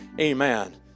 amen